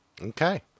Okay